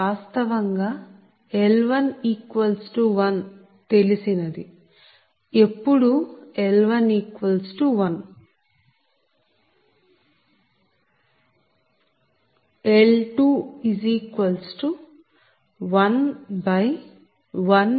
వాస్తవంగా L1 1 తెలిసినది ఎప్పుడూ L1 1